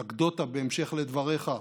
אנקדוטה, בהמשך לדבריך.